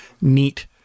neat